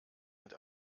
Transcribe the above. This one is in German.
mit